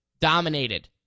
dominated